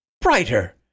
brighter